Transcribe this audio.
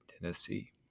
Tennessee